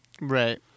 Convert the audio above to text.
right